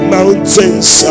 Mountains